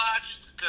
watched